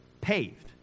paved